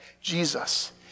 Jesus